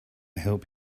help